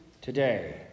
today